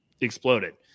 exploded